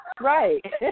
right